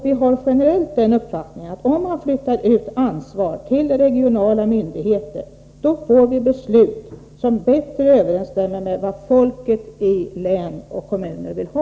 Vi har generellt den uppfattningen att om man flyttar ut ansvar till regionala myndigheter, får vi beslut som bättre överensstämmer med vad folket i län och kommuner vill ha.